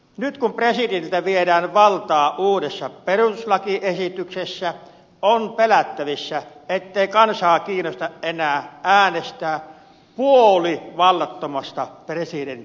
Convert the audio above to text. nyt kun presidentiltä viedään valtaa uudessa perustuslakiesityksessä on pelättävissä ettei kansaa kiinnosta enää äänestää puolivallattomasta presidentistäkään